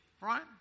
right